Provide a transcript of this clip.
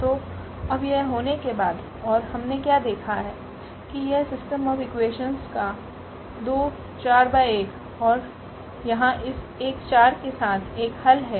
तो अब यह होने के बाद और हमने क्या देखा कि यह सिस्टम ऑफ़ इक्वेशंस का 2 4 x1 ओर यहाँ इस 1 4 के साथ एक हल है